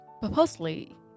purposely